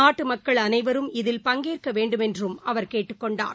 நாட்டு மக்கள் அனைவரும் இதில் பங்கேற்க வேண்டுமென்றும் அவர் கேட்டுக் கொண்டார்